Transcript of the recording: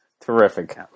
Terrific